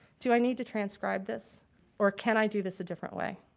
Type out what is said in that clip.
do i need to transcribe this or can i do this a different way?